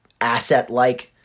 asset-like